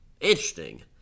Interesting